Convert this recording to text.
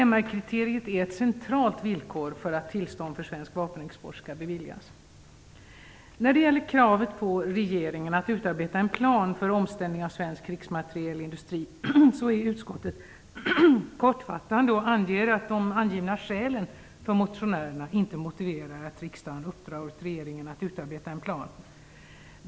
MR-kriteriet är ett centralt villkor för att tillstånd för svensk vapenexport skall beviljas. När det gäller kravet på regeringen att utarbeta en plan för omställning av svensk krigsmaterielindustri är utskottet kortfattat och anger att de angivna skälen från motionärerna inte motiverar att riksdagen uppdrar åt regeringen att utarbeta en plan.